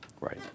Right